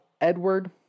Edward